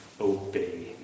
obey